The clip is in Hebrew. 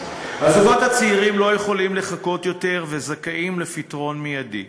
הזוגות הצעירים לא יכולים לחכות יותר וזכאים לפתרון מיידי.